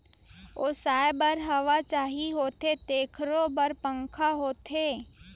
ओसाए बर हवा चाही होथे तेखरो बर पंखा होथे